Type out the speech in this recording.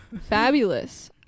Fabulous